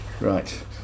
Right